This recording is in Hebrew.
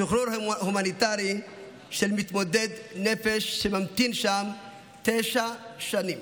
שחרור הומניטרי של מתמודד נפש שממתין שם תשע שנים.